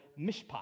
mishpat